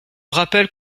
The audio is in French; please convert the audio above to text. rappel